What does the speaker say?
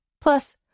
Plus